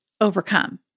overcome